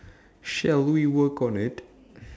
shall we work on it